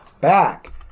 back